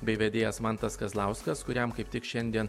bei vedėjas mantas kazlauskas kuriam kaip tik šiandien